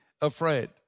afraid